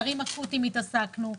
עם חדרים אקוטיים התעסקנו,